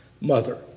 mother